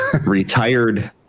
retired